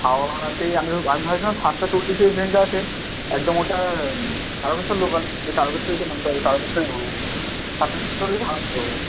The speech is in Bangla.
হাওড়াতে আমিও আমি ভাবছিলাম সাতটা চল্লিশে যে ট্রেনটা আছে একদম ওটা তারকেশ্বর লোকাল সেই তারকেশ্বরেই তো নামতে হবে তারকেশ্বরই ধরবো সাতটা চল্লিশে